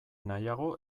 nahiago